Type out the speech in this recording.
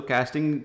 Casting